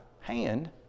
hand